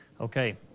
Okay